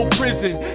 prison